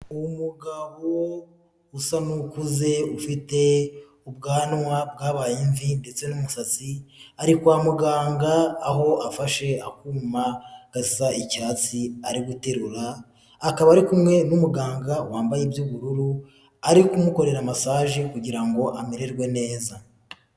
Umugabo usa n'ukuze ufite ubwanwa bwabaye umvi ndetse n'umusatsi, ari kwa muganga aho afashe akuma gasa icyatsi ari guterura, akaba ari kumwe n'umuganga wambaye iby'ubururu ari kumukorera masaje kugira ngo amererwe neza.